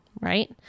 right